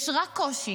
יש רק קושי.